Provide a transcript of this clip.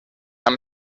amb